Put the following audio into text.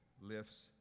lifts